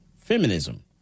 feminism